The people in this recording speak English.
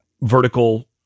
vertical